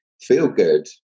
feel-good